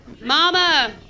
Mama